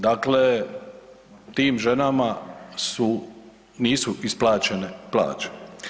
Dakle, tim ženama su, nisu isplaćene plaće.